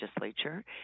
legislature